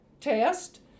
test